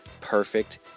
Perfect